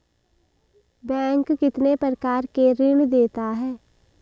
Bank कितने प्रकार के ऋण देता है?